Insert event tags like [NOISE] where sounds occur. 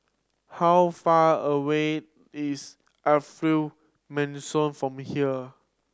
how far away is [UNINTELLIGIBLE] Mansion from here